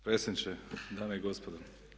Predsjedniče, dame i gospodo.